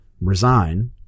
resign